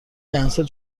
کنسل